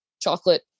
chocolate